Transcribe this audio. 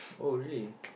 oh really